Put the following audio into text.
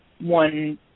one